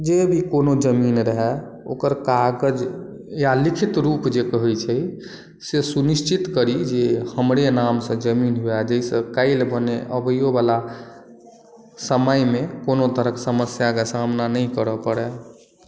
जे भी कोनो जमीन रहय ओकर कागज या लिखित रूप जे कहै छै से सुनिश्चित करी जे हमरे नाम से जमीन हुए जाहिसॅं काल्हि मने अबयो बला समय मे कोनो तरहक समस्या के सामना करऽ परै